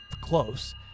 close